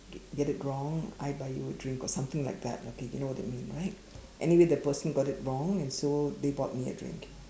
get get it wrong I buy you a drink or something like that okay you know what it mean right anyway the person got it wrong and so they bought me a drink